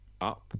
up